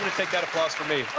take that applause for me.